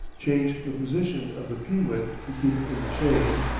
change the position of the pee-wit to keep it in the shade,